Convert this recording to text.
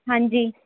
ਹਾਂਜੀ